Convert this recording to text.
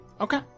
Okay